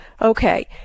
okay